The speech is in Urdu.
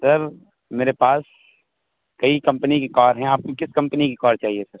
سر میرے پاس کئی کمپنی کی کار ہیں آپ کو کس کمپنی کی کار چاہیے سر